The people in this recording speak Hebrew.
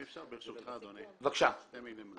אם אפשר, ברשותך אדוני, שתי מילים לפני שתסכם.